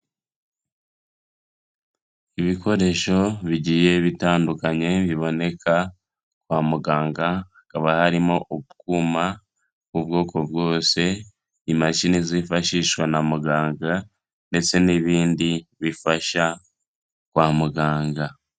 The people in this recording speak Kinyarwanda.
Ibikoresho bigiye bitandukanye biboneka kwa muganga, hakaba harimo ubwuma bw'ubwoko bwose, imashini zifashishwa na muganga ndetse n'ibindi bifasha kwa muganga.